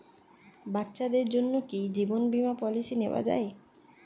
বাচ্চাদের জন্য কি জীবন বীমা পলিসি নেওয়া যায়?